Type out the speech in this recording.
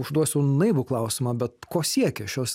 užduosi naivų klausimą bet ko siekia šios